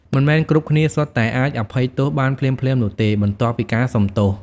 មិនមែនគ្រប់គ្នាសុទ្ធតែអាចអភ័យទោសបានភ្លាមៗនោះទេ បន្ទាប់ពីការសុំទោស។